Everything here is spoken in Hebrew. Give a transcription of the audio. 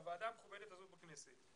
לוועדה המכובדת הזאת בכנסת,